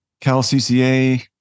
CalCCA